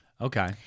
Okay